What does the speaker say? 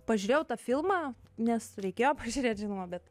pažiūrėjau tą filmą nes reikėjo pažiūrėt žinoma bet